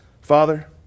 Father